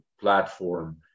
platform